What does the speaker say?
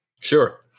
Sure